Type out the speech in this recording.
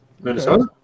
Minnesota